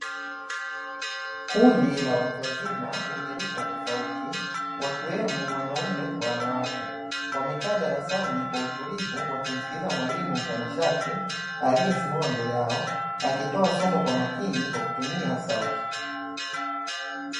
Kundi la watu wazima wenye rika tofauti wakiwemo wanaume na wanawake, wamekaa kwa utulivu darasani wakimsikiliza mwalimu mtanashati aliyesimama mbele yao, akitoa somo kwa makini kwa kutumia sauti.